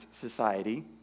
society